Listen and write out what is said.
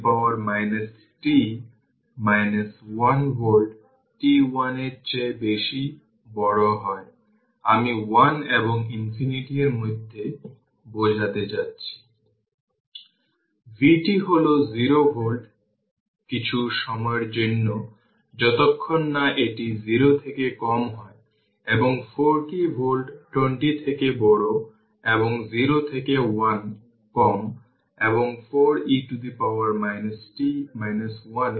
সুতরাং চিত্র 7 এ দেখানো সার্কিটের ক্যাপাসিটর C1 এবং C2 এর ইনিশিয়াল ভোল্টেজ ইস্টাব্লিশ হয়েছে সোর্স গুলি দেখানো হয়নি তবে ইনিশিয়াল কন্ডিশনগুলি ইস্টাব্লিশ হয়েছে